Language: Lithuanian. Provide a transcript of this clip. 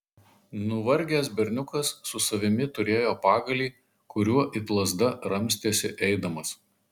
nuvargęs berniukas su savimi turėjo pagalį kuriuo it lazda ramstėsi eidamas